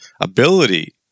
ability